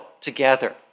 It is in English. together